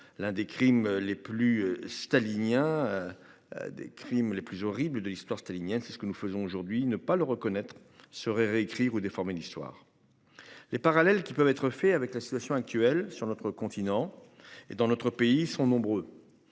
l'un des crimes les plus stalinien. Des crimes les plus horribles de l'histoire stalinienne. C'est ce que nous faisons aujourd'hui ne pas le reconnaître ce réécrire ou déformé l'histoire. Les parallèles qui peuvent être faits avec la situation actuelle sur notre continent et dans notre pays sont nombreux.